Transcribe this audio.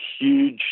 huge